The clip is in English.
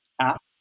app